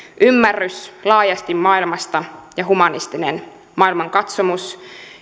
ymmärrys laajasti maailmasta ja humanistinen maailmankatsomus